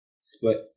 split